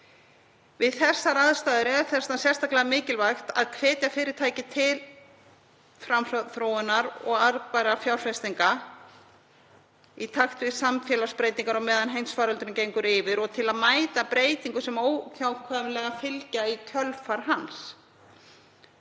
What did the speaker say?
Við þær aðstæður er þess vegna sérstaklega mikilvægt að hvetja fyrirtæki til framþróunar og arðbærra fjárfestinga í takt við samfélagsbreytingar á meðan heimsfaraldurinn gengur yfir og til að mæta breytingum sem óhjákvæmilega fylgja í kjölfar hans.